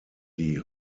die